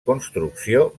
construcció